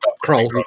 Crawl